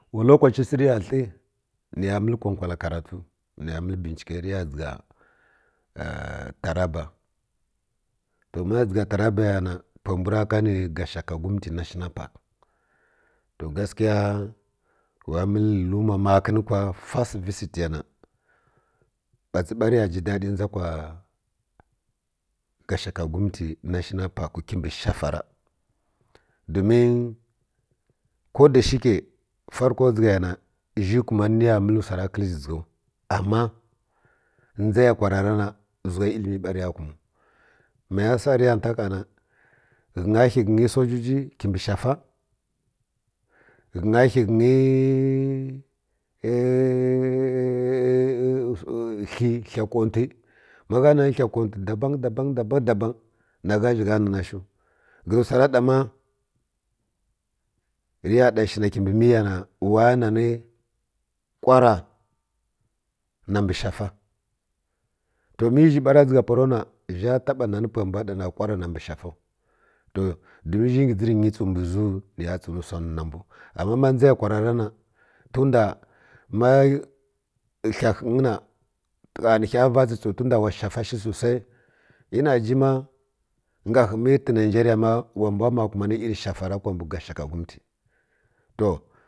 Wa lokace shi rə ya hə ni ya məl kokwala karatu mya məl bibceke re driga taraba ma to mana dʒiga ya na pwə mbw ra ka ni gashaga gumnati to gasky wa məl kuma makən kwa first visit fə ya na bats, ba ra ya ji daɗi dʒa kwa gashagugumntə national pawk ki mbə shafa ra domin ko da shika farko dʒiga ya na zhi kumari rə ya məl wsa ra kəl zhi dʒigaw ama dʒa ya kwa rara na wʒa ilimi ba rə ya kunu ma ra sai rə ya nta ha na ghənyi sosiji ki msi shafa ghənya hi hi konfi ma gha nan hi konti dabang-dabang dabang na gha’ zhi gha na ni shiw ghə zi wsa ra ɗa ma rə na shina kimbi miya na wa ya na ni kwara na mbi shafa to mə zhi ba ra dʒiga pwa ro na zhu taba na ni pwə mbw ɗa na lwar na mbi shafawo to domin zhi ngi dʒəri nyi tsəw mbə zoo ni ya tsəw ni wsa nini wsa ni ni mbw ama ma dʒa ya kwa rara na ton nda ina hi həng na ha ni ghəy va tsə-tsəw ton nda wa shafa shi susai ina ji ma ngah mə tə nigeria ma wa mbw ma kumani shafa ra kwa mbə gashaga gumti to